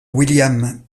william